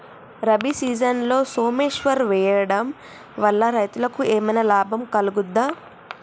రబీ సీజన్లో సోమేశ్వర్ వేయడం వల్ల రైతులకు ఏమైనా లాభం కలుగుద్ద?